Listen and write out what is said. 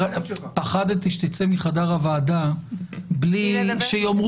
הדיונים בין כל הועדות וכו'